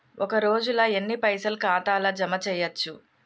ఒక రోజుల ఎన్ని పైసల్ ఖాతా ల జమ చేయచ్చు?